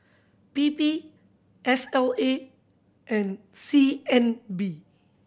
P P S L A and C N B